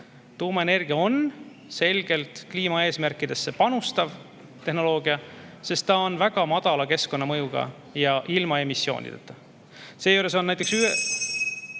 Tuumaenergia on selgelt kliimaeesmärkidesse panustav tehnoloogia, sest ta on väga madala keskkonnamõjuga ja ilma emissioonideta. Seejuures on näiteks (Sumin